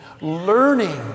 learning